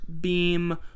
beam